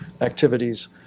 activities